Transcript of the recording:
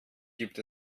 gibt